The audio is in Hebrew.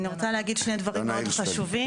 אני רוצה להגיד שני דברים מאוד חשובים.